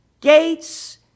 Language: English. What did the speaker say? gates